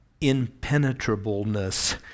impenetrableness